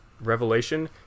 revelation